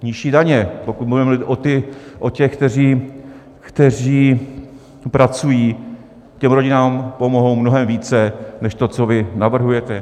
Nižší daně, pokud budeme mluvit o těch, kteří pracují, těm rodinám pomohou mnohem více než to, co vy navrhujete.